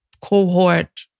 cohort